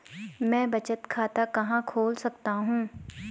मैं बचत खाता कहां खोल सकता हूँ?